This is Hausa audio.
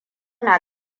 na